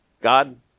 God